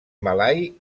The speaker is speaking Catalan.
malai